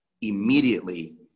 immediately